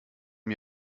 bei